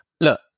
Look